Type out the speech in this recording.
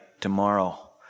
tomorrow